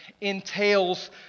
entails